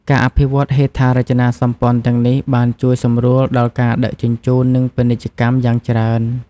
ការអភិវឌ្ឍហេដ្ឋារចនាសម្ព័ន្ធទាំងនេះបានជួយសម្រួលដល់ការដឹកជញ្ជូននិងពាណិជ្ជកម្មយ៉ាងច្រើន។